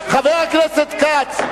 חבר הכנסת כץ.